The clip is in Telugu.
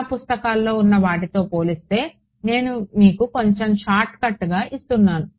చాలా పుస్తకాల్లో ఉన్న వాటితో పోలిస్తే నేను మీకు కొంచెం షార్ట్ కట్ గా ఇస్తున్నాను